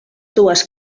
dues